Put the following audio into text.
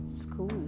School